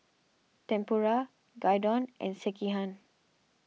Tempura Gyudon and Sekihan